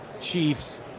Chiefs